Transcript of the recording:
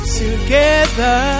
together